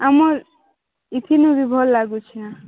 ଆମର୍ ଇଠିନୁ ବି ଭଲ ଲାଗୁଛି